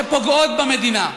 שפוגעות במדינה,